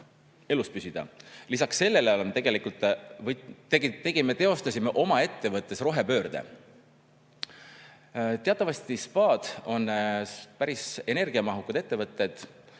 elus püsida. Lisaks sellele teostasime oma ettevõttes rohepöörde. Teatavasti spaad on päris energiamahukad ettevõtted.